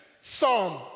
Psalm